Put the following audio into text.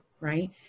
right